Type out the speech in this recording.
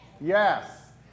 Yes